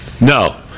No